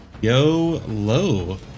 YOLO